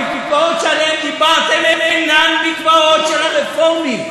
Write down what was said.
המקוואות שעליהם דיברתם אינם מקוואות של הרפורמים.